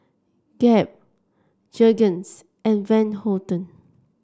Gap Jergens and Van Houten